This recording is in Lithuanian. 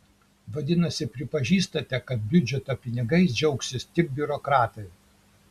vadinasi pripažįstate kad biudžeto pinigais džiaugsis tik biurokratai